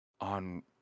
on